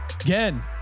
Again